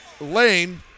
Lane